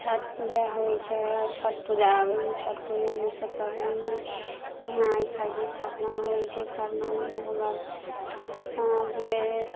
छठ पूजा होइत छै छठ पूजा आबैत छै छठ पूजामे सभ पबनि उबनि निहाए खाए छै खरना होइत छै खरना उरना होलाके बाद साँझमे